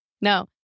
No